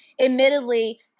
admittedly